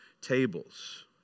tables